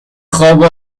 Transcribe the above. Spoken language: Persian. خوابو